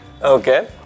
Okay